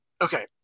Okay